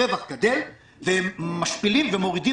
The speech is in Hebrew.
הרווח שלהם גדל והם משפילים ומורידים